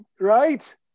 right